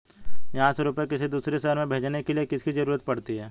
यहाँ से रुपये किसी दूसरे शहर में भेजने के लिए किसकी जरूरत पड़ती है?